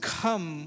come